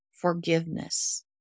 forgiveness